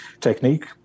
technique